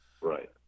right